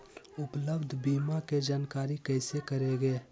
उपलब्ध बीमा के जानकारी कैसे करेगे?